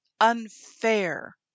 unfair